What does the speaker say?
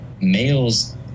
males